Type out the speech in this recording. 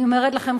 אני אומרת לכם,